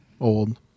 old